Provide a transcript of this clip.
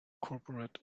corporate